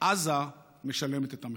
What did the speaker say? עזה משלמת את המחיר.